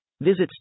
Visit